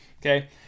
Okay